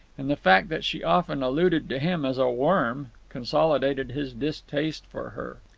and the fact that she often alluded to him as a worm consolidated his distaste for her.